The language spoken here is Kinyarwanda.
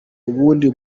ubundi